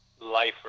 life